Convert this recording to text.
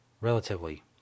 relatively